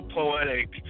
poetic